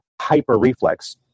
hyper-reflex